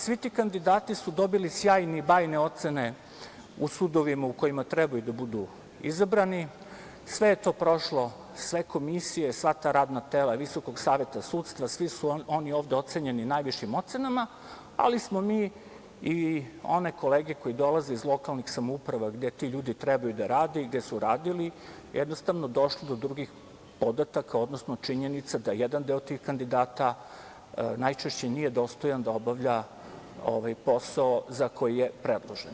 Svi ti kandidati su dobili sjajne i bajne ocene u sudovima u kojima trebaju da budu izabrani, sve je to prošlo, sve komisije, sva ta radna tela Visokog saveta sudstva, svi su oni ovde ocenjeni najvišim ocenama, ali smo mi i one kolege koje dolaze iz lokalnih samouprava gde ti ljudi trebaju da rade i gde su radili jednostavno došli do drugih podataka, odnosno činjenica da jedan deo tih kandidata najčešće nije dostojan da obavlja posao za koji je predložen.